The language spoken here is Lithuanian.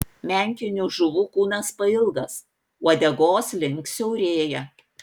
menkinių žuvų kūnas pailgas uodegos link siaurėja